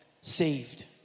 saved